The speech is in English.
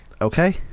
okay